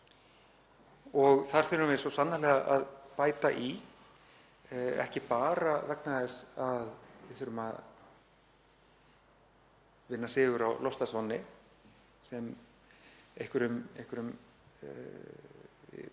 Þar þurfum við svo sannarlega að bæta í, ekki bara vegna þess að við þurfum að vinna sigur á loftslagsvánni sem einhverjum